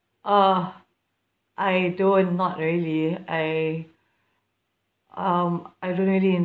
ah I don't not really I um I don't really